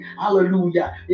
Hallelujah